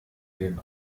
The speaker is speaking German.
den